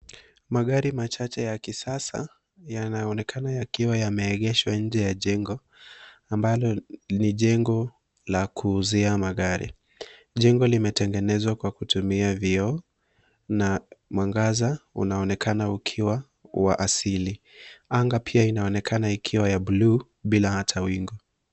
Magari machache ya kisasa yanaonekana yakiwa yameegeshwa nje ya jengo ambalo ni jengo la kuuzia magari. Jengo limetengenezwa kwa kutumia vioo na mwangaza unaonekana ukiwa wa asili. Anga pia inaonekana ikiwa ya bluu bila hata wingu.